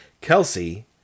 Kelsey